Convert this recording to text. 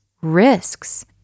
risks